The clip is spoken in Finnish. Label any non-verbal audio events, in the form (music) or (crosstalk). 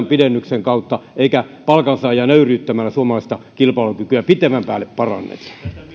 (unintelligible) pidennyksen kautta eikä palkansaajia nöyryyttämällä suomalaista kilpailukykyä pitemmän päälle paranneta